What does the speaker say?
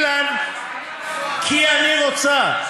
רוצה.